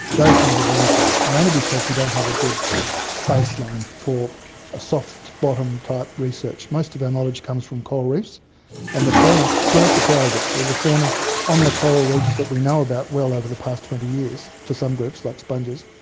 those things are really tough, mainly because we don't have a good baseline for a soft bottom type research. most of our knowledge comes from coral reefs and, to our surprise actually, the fauna on the coral reefs that we know about well over the past twenty years, for some groups like sponges,